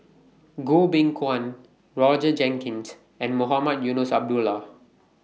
Goh Beng Kwan Roger Jenkins and Mohamed Eunos Abdullah